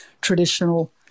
traditional